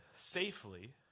safely